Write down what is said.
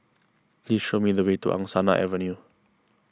please show me the way to Angsana Avenue